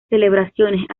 celebraciones